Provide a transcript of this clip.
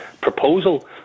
proposal